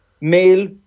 male